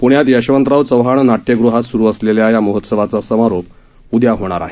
प्ण्यात यशवंतराव चव्हाण नाट्यगृहात सुरू असलेल्या या महोत्सवाचा समारोप उद्या होणार आहे